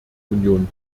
union